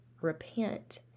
repent